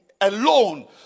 alone